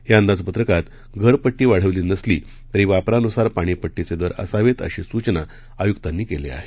या अंदाजपत्रकात घर पट्टी वाढवली नसली तरी वापरानुसार पाणी पट्टीचे दर असावेत अशी सूचना आयुक्तांनी केली आहे